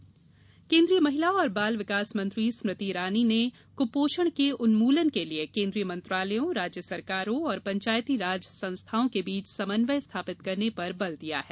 स्तृति केन्द्रीय महिला और बाल विकास मंत्री स्मृति ईरानी ने कुपोषण के उन्मूलन के लिए केंद्रीय मंत्रालयों राज्य सरकारों और पंचायती राज संस्थाओं के बीच समन्वय स्थापित करने पर बल दिया है